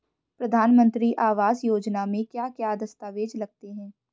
प्रधानमंत्री आवास योजना में क्या क्या दस्तावेज लगते हैं?